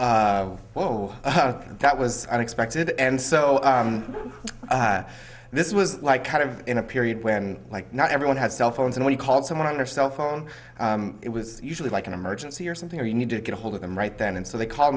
like whoa that was unexpected and so this was like kind of in a period when like not everyone has cell phones and when you call someone or cell phone it was usually like an emergency or something or you need to get ahold of them right then and so they called